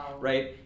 right